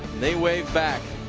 they waved back.